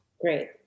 Great